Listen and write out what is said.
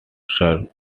serves